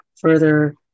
further